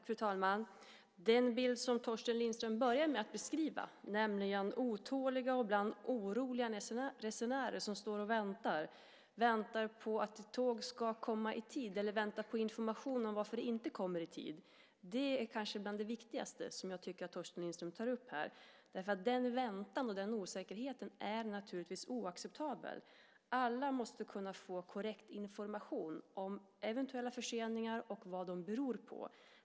Fru talman! Torsten Lindström börjar med att beskriva en bild, nämligen av otåliga och ibland oroliga resenärer som står och väntar, väntar på att tåg ska komma i tid eller väntar på information om varför det inte kommer i tid. Det tycker jag är bland det viktigaste som Torsten Lindström tar upp, därför att den väntan och den osäkerheten är naturligtvis oacceptabel. Alla måste kunna få korrekt information om eventuella förseningar och vad de beror på.